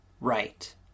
right